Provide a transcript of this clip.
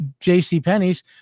JCPenney's